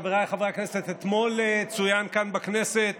חבריי חברי הכנסת, אתמול צוין כאן בכנסת